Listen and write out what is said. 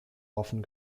offen